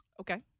Okay